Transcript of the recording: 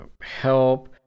help